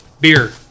beer